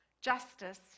justice